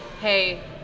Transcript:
hey